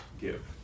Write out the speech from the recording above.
give